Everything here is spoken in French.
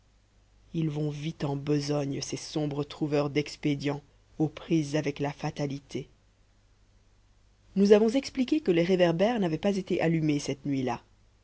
ils vont vite en besogne ces sombres trouveurs d'expédients aux prises avec la fatalité nous avons expliqué que les réverbères n'avaient pas été allumés cette nuit-là